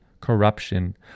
corruption